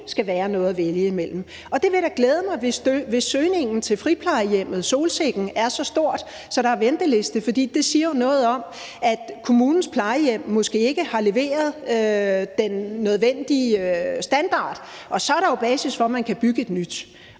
skal være noget at vælge imellem. Det vil da glæde mig, hvis søgningen til friplejehjemmet Solsikken er så stor, at der er venteliste, for det siger jo noget om, at kommunens plejehjem måske ikke har leveret den nødvendige standard. Og så er der jo basis for, at man kan bygge et nyt.